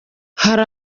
hari